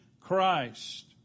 Christ